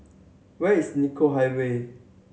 where is Nicoll Highway